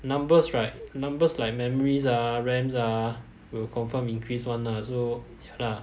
numbers right numbers like memories ah rams ah will confirm increase [one] ah so ya lah